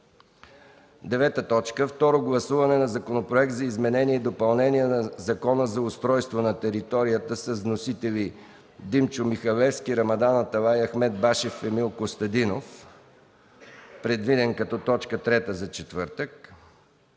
четвъртък. 9. Второ гласуване на Законопроект за изменение и допълнение на Закона за устройство на територията. Вносители – Димчо Михалевски, Рамадан Аталай, Ахмед Башев и Емил Костадинов – точка трета за четвъртък.